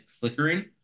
flickering